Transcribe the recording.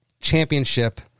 Championship